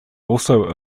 also